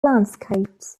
landscapes